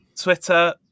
Twitter